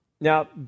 Now